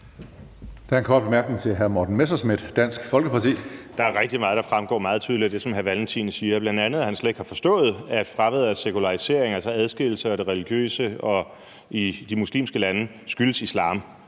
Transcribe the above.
Der er en kort bemærkning til hr. Morten Messerschmidt, Dansk Folkeparti. Kl. 16:20 Morten Messerschmidt (DF): Der er rigtig meget, der fremgår meget tydeligt af det, som hr. Kim Valentin siger, bl.a. at han slet ikke har forstået, at fraværet af sekularisering – altså adskillelsen af det religiøse og politik – i de muslimske lande skyldes islam.